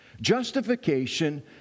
Justification